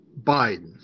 Biden